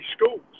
schools